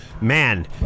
Man